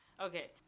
Okay